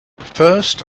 first